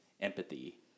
empathy